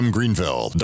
Greenville